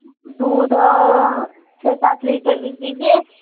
दूध और छः सात लीटर लिख दीजिए